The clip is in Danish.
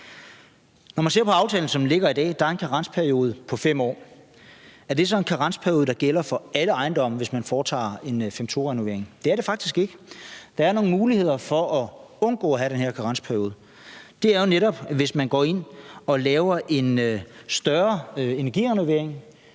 Når man ser på aftalen, som den ligger i dag, er der en karensperiode på 5 år. Er det så en karensperiode, som gælder for alle ejendomme, hvis man foretager en § 5, stk. 2-renovering? Det er det faktisk ikke – der er nogle muligheder for at undgå at have den her karensperiode. Det er jo netop, hvis man går ind og laver en større energirenovering;